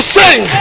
sing